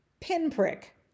pinprick